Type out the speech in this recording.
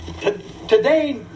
Today